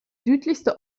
südlichste